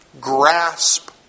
grasp